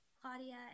Claudia